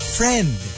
friend